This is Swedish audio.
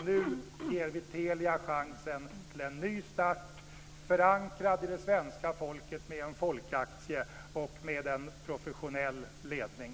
Nu ger vi Telia chansen till en ny start, förankrad i det svenska folket med en folkaktie och med en professionell ledning.